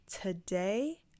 Today